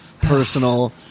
personal